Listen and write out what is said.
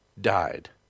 died